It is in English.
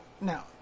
Now